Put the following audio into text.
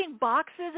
boxes